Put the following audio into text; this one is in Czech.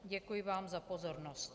Děkuji vám za pozornost.